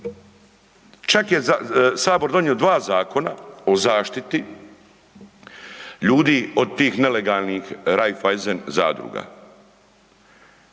Čak je sabor donio 2 zakona o zaštiti ljudi od tih nelegalnih Raiffeisen zadruga